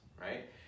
right